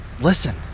listen